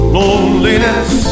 loneliness